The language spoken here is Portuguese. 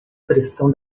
pressão